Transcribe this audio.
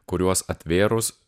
kuriuos atvėrus